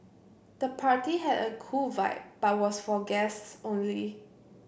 the party had a cool vibe but was for guests only